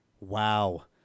Wow